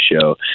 show